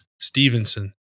Stevenson